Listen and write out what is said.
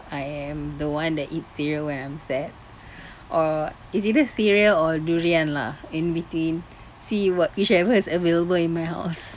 I am the one that eat cereal when I'm sad or it's either cereal or durian lah in between see what whichever is available in my house